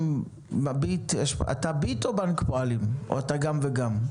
עירן, אתה "ביט" או בנק הפעולים או אתה גם וגם?